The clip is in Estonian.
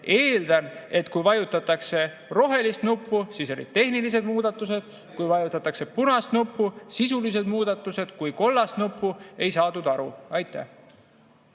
Eeldan, et kui vajutatakse rohelist nuppu, siis olid tehnilised muudatused, kui vajutatakse punast nuppu, sisulised muudatused, kui kollast nuppu, ei saadud aru. Merry